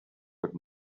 but